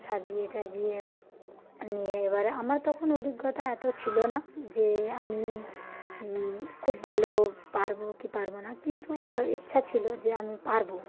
সাজিয়ে টাজিয়ে নিয়ে এবার আমার তখন অভিজ্ঞতা এত ছিল না যে আমি খুব ভালো পারব কি পারব না কিন্তু ইচ্ছা ছিল যে আমি পারব